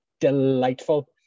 delightful